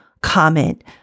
comment